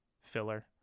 filler